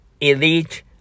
elite